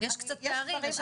עבדתי בחברת תרופות - יש פערים.